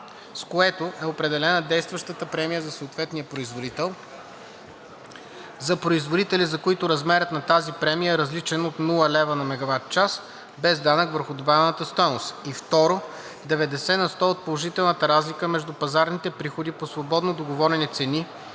с което е определена действащата премия за съответния производител, за производители, за които размерът на тази премия е различен от 0,00 лв./MWh без данък върху добавената стойност, и 2. 90 на сто от положителната разлика между пазарните приходи по свободно договорени цени